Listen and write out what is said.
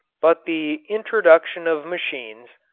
but the introduction of machines,